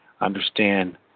understand